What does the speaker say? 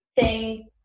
Say